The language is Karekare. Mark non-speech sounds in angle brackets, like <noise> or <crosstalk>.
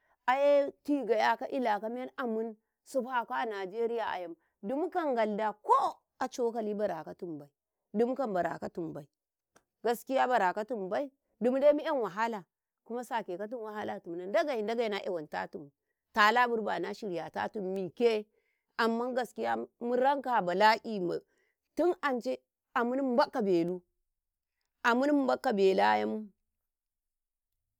﻿Aye tiga'yakau ilekamen amin sitaka Najeriya ayam diminkam Ngalda ko acukali Baraka timbai dinkam barakatimbai, gaskiya Baraka timbai dimdai mu“yan wahala kuma sake katum wahatim na Ndagei, Ndagei nayawantatim talabirba na shiryatatim mike amman gaskiya muranka abala'i <hesitation> tim ance amin Nbakka belu, amin Nbakka bela”yam.